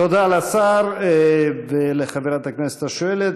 תודה לשר ולחברת הכנסת השואלת.